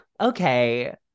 okay